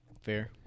Fair